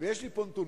יש לי פה נתונים,